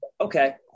okay